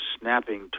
snapping